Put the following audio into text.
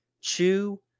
chew